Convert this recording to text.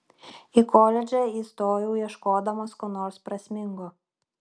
į koledžą įstojau ieškodamas ko nors prasmingo